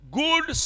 good